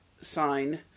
sign